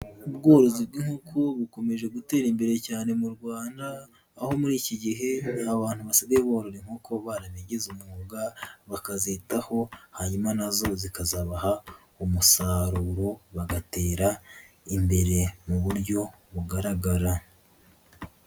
Ubworozi bw'inkoko bukomeje gutera imbere cyane mu Rwanda, aho muri iki gihe abantu basigaye borora inkoko babigize umwuga, bakazitaho hanyuma nazo zikazabaha umusaruro bagatera imbere mu buryo bugaragara.